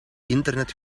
internet